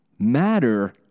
Matter